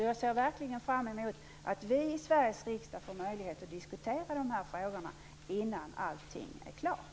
Jag ser verkligen fram emot att vi i Sveriges riksdag får möjlighet att diskutera de här frågorna innan allting är klart.